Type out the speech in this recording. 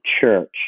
church